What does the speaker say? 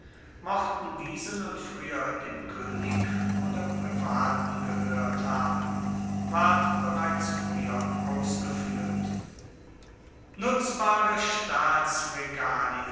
mochten diese nun früher dem könig oder privaten gehört haben ward bereits früher ausgeführt nutzbare